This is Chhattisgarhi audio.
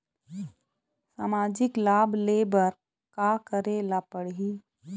सामाजिक लाभ ले बर का करे ला पड़ही?